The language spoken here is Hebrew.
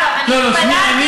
אגב, אני התפללתי, לא, שנייה.